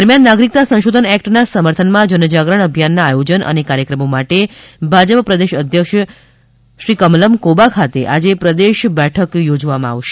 દરમ્યાન નાગરીક્તા સંશોધન એક્ટના સમર્થનમાં જનજાગરણ અભિયાનનાં આયોજન અને કાર્યક્રમો માટે ભાજપ પ્રદેશ અધ્યક્ષ શ્રી કમલમ્ કોબા ખાતે આજે પ્રદેશ બેઠક યોજવામાં આવશે